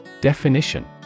Definition